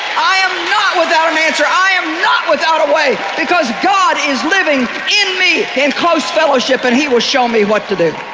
i am not without an answer, i am not without a way, because god is living in me in close fellowship and he will show me what to do.